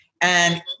And-